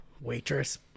waitress